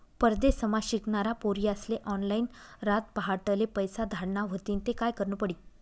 परदेसमा शिकनारा पोर्यास्ले ऑनलाईन रातपहाटले पैसा धाडना व्हतीन ते काय करनं पडी